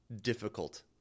difficult